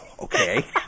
Okay